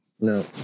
No